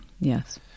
Yes